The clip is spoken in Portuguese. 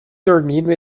dormindo